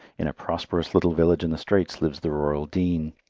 in a prosperous little village in the straits lives the rural dean.